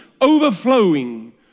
overflowing